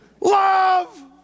Love